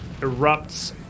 erupts